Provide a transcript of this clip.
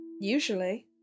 Usually